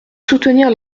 soutenir